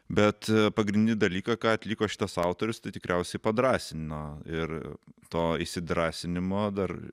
bet pagrindinį dalyką ką atliko šitas autorius tai tikriausiai padrąsino ir to įsidrąsinimo dar